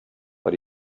but